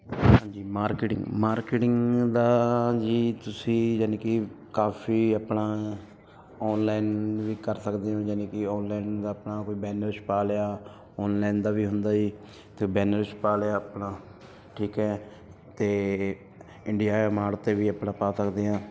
ਹਾਂਜੀ ਮਾਰਕੀਟਿੰਗ ਦਾ ਜੀ ਤੁਸੀਂ ਜਾਨੀ ਕਿ ਕਾਫ਼ੀ ਆਪਣਾ ਆਨਲਾਈਨ ਵੀ ਕਰ ਸਕਦੇ ਹੋ ਯਾਨੀ ਕਿ ਆਨਲਾਈਨ ਦਾ ਆਪਣਾ ਕੋਈ ਬੈਨਰ ਛਪਾ ਲਿਆ ਆਨਲਾਈਨ ਦਾ ਵੀ ਹੁੰਦਾ ਜੀ ਅਤੇ ਬੈਨਰ ਛਪਾ ਲਿਆ ਆਪਣਾ ਠੀਕ ਹੈ ਅਤੇ ਇੰਡੀਆ ਮਾਰਟ 'ਤੇ ਵੀ ਆਪਣਾ ਪਾ ਸਕਦੇ ਹਾਂ